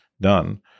done